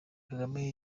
kagame